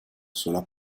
sola